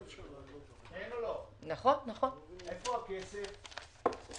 איפה הכסף?